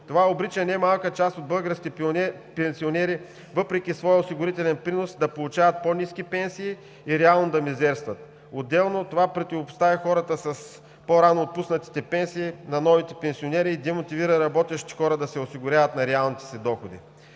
Това обрича не малка част от българските пенсионери, въпреки своя осигурителен принос, да получават по ниски пенсии и реално да мизерстват. Отделно от това, противопоставя хората с по-ранно отпуснатите пенсии на новите пенсионери и демотивира работещите хора да се осигуряват на реалните си доходи.